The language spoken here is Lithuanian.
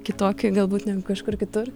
kitokie galbūt negu kažkur kitur